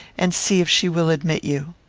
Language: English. and see if she will admit you.